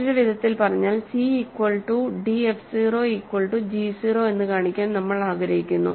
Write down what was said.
മറ്റൊരു വിധത്തിൽ പറഞ്ഞാൽ C equal to df 0 equal to g 0 എന്ന് കാണിക്കാൻ നമ്മൾ ആഗ്രഹിക്കുന്നു